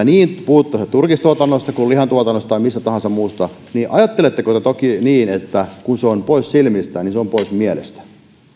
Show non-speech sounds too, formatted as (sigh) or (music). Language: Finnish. (unintelligible) niin turkistuotannosta kuin lihantuotannosta tai mistä tahansa muusta ajatteletteko te niin että kun se on pois silmistä niin se on pois mielestä